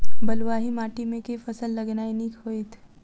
बलुआही माटि मे केँ फसल लगेनाइ नीक होइत?